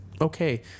Okay